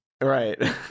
right